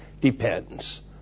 depends